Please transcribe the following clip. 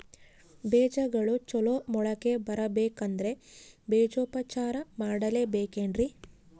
ಬೇಜಗಳು ಚಲೋ ಮೊಳಕೆ ಬರಬೇಕಂದ್ರೆ ಬೇಜೋಪಚಾರ ಮಾಡಲೆಬೇಕೆನ್ರಿ?